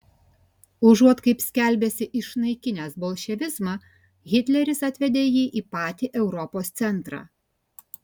užuot kaip skelbėsi išnaikinęs bolševizmą hitleris atvedė jį į patį europos centrą